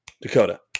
Dakota